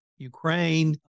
Ukraine